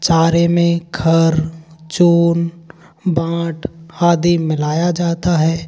चारे में खर चून बाँट आदि मिलाया जाता है